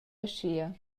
aschia